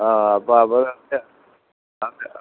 ആ അപ്പോൾ അവർക്ക് തന്നെ ആ